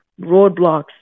roadblocks